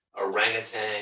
orangutan